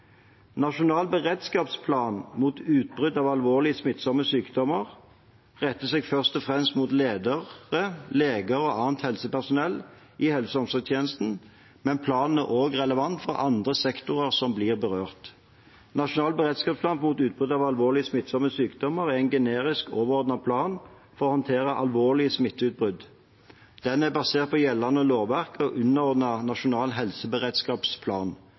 Nasjonal beredskapsplan mot utbrudd av alvorlige smittsomme sykdommer retter seg først og fremst mot ledere, leger og annet helsepersonell i helse- og omsorgstjenestene, men planen er også relevant for andre sektorer som blir berørt. Nasjonal beredskapsplan mot utbrudd av alvorlige smittsomme sykdommer er en generisk overordnet plan for håndtering av alvorlige smitteutbrudd. Den er basert på gjeldende lovverk og er underordnet Nasjonal helseberedskapsplan.